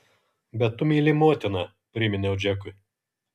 bet tu myli motiną priminiau džekui